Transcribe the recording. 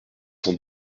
cent